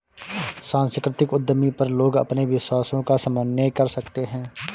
सांस्कृतिक उद्यमी पर लोग अपने विश्वासों का समन्वय कर सकते है